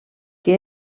que